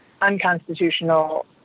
Unconstitutional